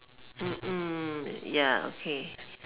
ya okay